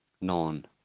non